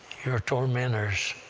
your tormentors,